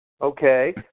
Okay